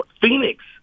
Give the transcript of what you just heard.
Phoenix